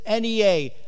NEA